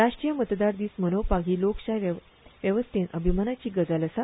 राष्ट्रीय मतदार दीस मनोवप ही लोकशाय वेवस्थेत अभिमानाची गजाल आसा